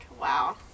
wow